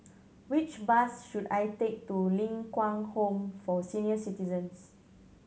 which bus should I take to Ling Kwang Home for Senior Citizens